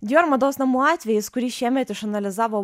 dior mados namų atvejis kurį šiemet išanalizavo